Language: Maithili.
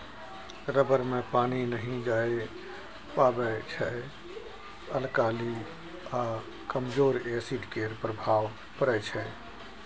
रबर मे पानि नहि जाए पाबै छै अल्काली आ कमजोर एसिड केर प्रभाव परै छै